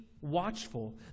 watchful